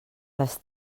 les